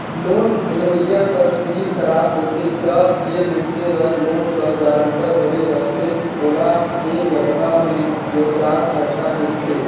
loan लेवइया कर CIBIL खराब होथे ता जेन मइनसे हर लोन कर गारंटर बने रहथे ओला ए जगहा में जोरदार झटका मिलथे